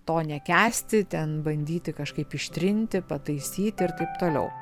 to nekęsti ten bandyti kažkaip ištrinti pataisyti ir taip toliau